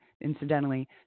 incidentally